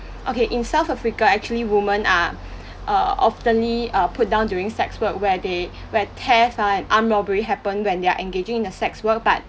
okay in south africa actually women are uh often-ly uh put down during sex work where they where theft ah and armed robbery happen when they are engaging in the sex work but